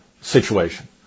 situation